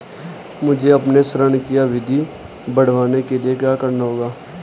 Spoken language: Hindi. मुझे अपने ऋण की अवधि बढ़वाने के लिए क्या करना होगा?